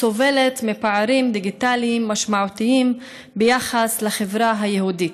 סובלת מפערים דיגיטליים משמעותיים ביחס לחברה היהודית.